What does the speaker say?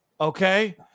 okay